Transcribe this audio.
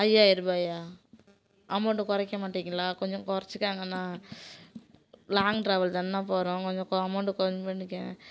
ஐயாயிரூபாயா amount குறைக்க மாட்டிங்களா கொஞ்சம் குறச்சிக்கங்கண்ணா லாங் டிராவல் தானேண்ணா போகறோம் கொஞ்சம் கொ அமௌண்டு கம்மிப் பண்ணிக்கங்க